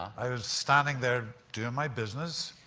i was standing there doing my business,